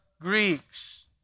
Greeks